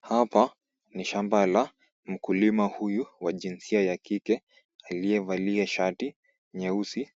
Hapa ni shamba la mkulima huyu wa jinsia ya kike aliyevalia shati nyeusi.